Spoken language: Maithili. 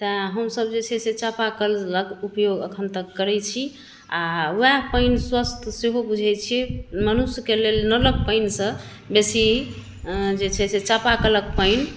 तैँ हम सभ जे छै से चापा कल लग उपयोग अखन तक करै छी आओर वएहे पानि स्वस्थ सेहो बुझै छियै मनुष्यके लेल नलक पानिसँ बेसी जे छै से चापा कलक पानि